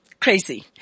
crazy